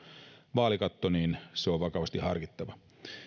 vaalikatto on vakavasti harkittava